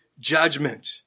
judgment